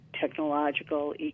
technological